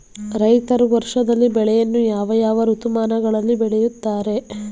ರೈತರು ವರ್ಷದಲ್ಲಿ ಬೆಳೆಯನ್ನು ಯಾವ ಯಾವ ಋತುಮಾನಗಳಲ್ಲಿ ಬೆಳೆಯುತ್ತಾರೆ?